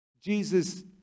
Jesus